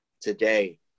today